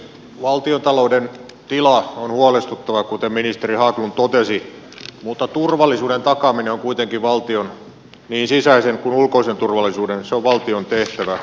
valtiontalouden tila on huolestuttava kuten ministeri haglund totesi mutta turvallisuuden takaaminen niin sisäisen kuin ulkoisen turvallisuuden on kuitenkin valtion tärkein tehtävä